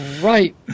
Right